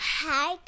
hi